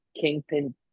Kingpin